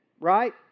right